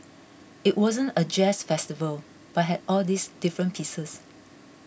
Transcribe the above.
it wasn't a jazz festival but had all these different pieces